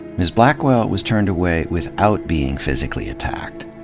ms. blackwell was turned away without being physically attacked.